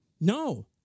No